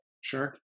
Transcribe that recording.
Sure